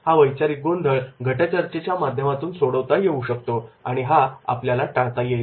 हा वैचारिक गोंधळ गट चर्चेच्या माध्यमातून सोडवता येऊ शकतो आणि हा आपल्याला टाळता येईल